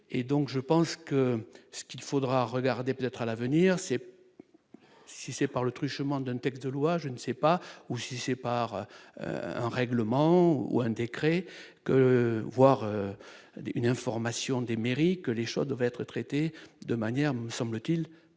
je pense que ce qu'il faudra regarder peut-être à l'avenir, c'est si c'est par le truchement d'un texte de loi, je ne sais pas, ou si c'est par un règlement ou un décret que le voir dès qu'une information des mairies, que les choses devaient être traitées de manière me semble-t-il,